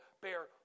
bear